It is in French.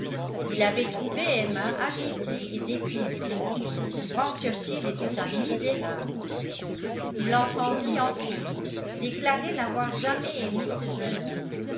il avait trouvé emma agitée et déprimée frank churchill était un misérable il l'entendit ensuite déclarer n'avoir jamais aimé ce jeune homme